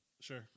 Sure